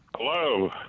Hello